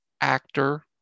Actor